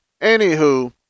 Anywho